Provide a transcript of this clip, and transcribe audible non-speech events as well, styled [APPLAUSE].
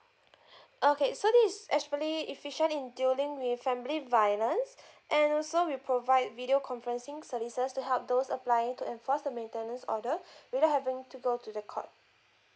[BREATH] okay so thi~ is as fully efficient in dealing with family violence [BREATH] and also we provide video conferencing services to help those applying to enforce the maintenance order [BREATH] without having to go to the court